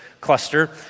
cluster